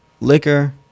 liquor